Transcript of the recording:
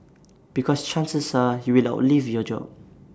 because chances are you will outlive your job